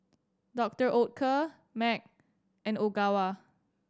Doctor Oetker Mac and Ogawa